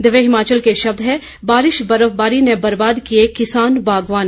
दिव्य हिमाचल के शब्द हैं बारिश बर्फबारी ने बर्बाद किए किसान बागवान